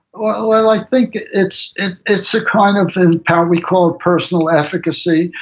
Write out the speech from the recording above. well, i like think it's and it's a kind of and power we call personal efficacy,